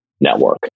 network